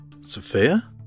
Sophia